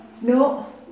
No